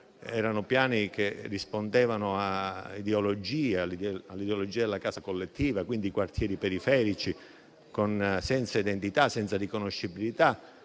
inadeguati, che rispondevano all'ideologia della casa collettiva, quindi quartieri periferici senza identità, senza riconoscibilità,